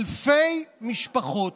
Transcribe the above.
אלפי משפחות,